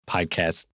Podcast